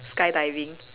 skydiving